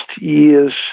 years